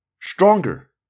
stronger